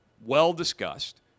well-discussed